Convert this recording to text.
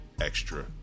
extra